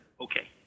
okay